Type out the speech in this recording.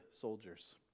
soldiers